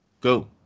go